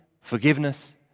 forgiveness